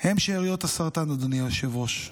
הם שאריות הסרטן, אדוני היושב-ראש.